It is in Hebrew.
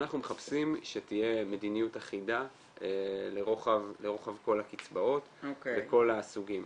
אנחנו מחפשים שתהיה מדיניות אחידה לרוחב כל הקצבאות וכל הסוגים.